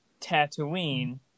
Tatooine